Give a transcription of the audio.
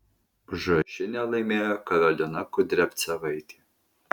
užrašinę laimėjo karolina kudriavcevaitė